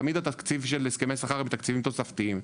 תמיד התקציבים של הסכמי שכר הם תקציבים תוספתיים.